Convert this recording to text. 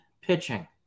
pitching